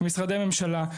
משרדי הממשלה.